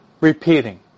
Repeating